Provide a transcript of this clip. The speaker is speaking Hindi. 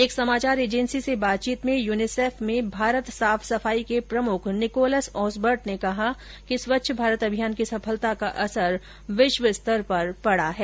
एक समाचार एजेंसी से बातचीत में यूनीसेफ में भारत साफ सफाई के प्रमुख निकोलस ओसबर्ट ने कहा कि स्वच्छ भारत अभियान की सफलता का असर विश्व स्तर पर पड़ा है